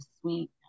sweet